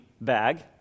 bag